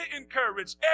encourage